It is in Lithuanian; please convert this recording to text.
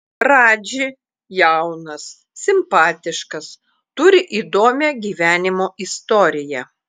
radži jaunas simpatiškas turi įdomią gyvenimo istoriją